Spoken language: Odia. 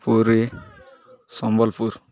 ପୁରୀ ସମ୍ବଲ୍ପୁର୍